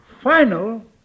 final